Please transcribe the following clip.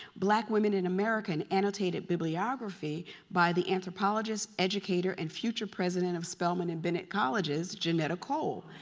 black women in american, annotated bibliography by the anthropologist educator and future president of spelman and bennett colleges, johnetta cole.